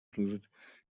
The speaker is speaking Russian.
служит